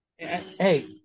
Hey